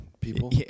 people